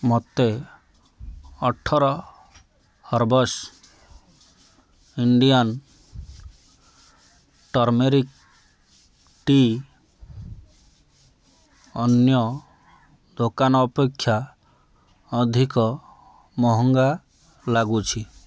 ମୋତେ ଅଠର herbs Indian turmeric tea ଅନ୍ୟ ଦୋକାନ ଅପେକ୍ଷା ଅଧିକ ମହଙ୍ଗା ଲାଗୁଛି